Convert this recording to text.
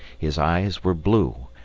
his eyes were blue,